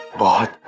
by